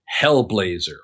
Hellblazer